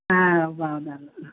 బాగా